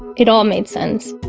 it all made sense.